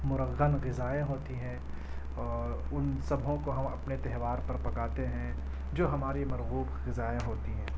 مرغن غذائیں ہوتی ہیں اور ان سبھوں کو ہم اپنے تہوار پر پکاتے ہیں جو ہماری مرغوب غذائیں ہوتی ہیں